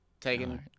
Taking